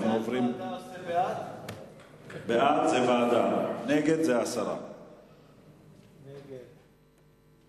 מי שבעד ועדה, מצביע בעד?